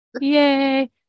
Yay